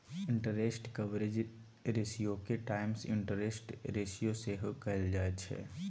interest coverage रेशियोके times interest ratio सेहो कहल जाइत छै